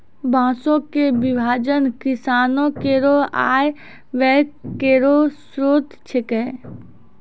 बांसों क विभाजन किसानो केरो आय व्यय केरो स्रोत छिकै